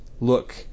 look